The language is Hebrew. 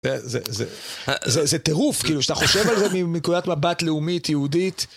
זה טירוף כאילו, שאתה חושב על זה מנקודת מבט לאומית יהודית.